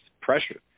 pressure